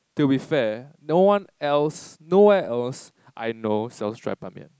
to be fair no one else no where else I know sell dry Ban-Mian